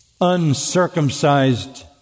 uncircumcised